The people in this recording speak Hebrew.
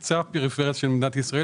עזה,